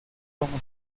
como